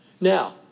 Now